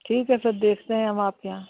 ठीक है फिर देखते हैं हम आपके यहाँ